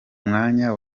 mwanya